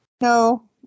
No